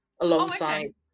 alongside